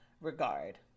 regard